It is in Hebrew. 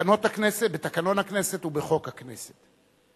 בתקנות הכנסת, בתקנון הכנסת ובחוק הכנסת.